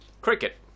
Cricket